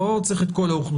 לא צריך את כל האוכלוסייה,